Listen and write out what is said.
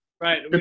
Right